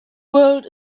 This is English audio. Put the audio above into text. world